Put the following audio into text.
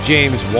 James